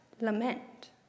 lament